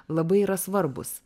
labai yra svarbūs